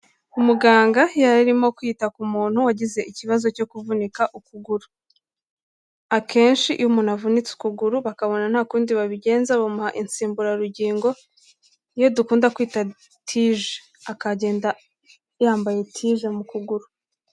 Umuganga yararimo kwita ku muntu wagize ikibazo cyo kuvunika ukuguru, akenshi iyo umuntu avunitse ukuguru bakabona nta kundi babigenza bamuha insimburarugingo, iyo dukunda kwita tije akagenda yambaye tije mu kuguru.